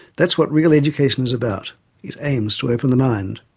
that's what real education is about it aims to open the mind.